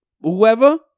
whoever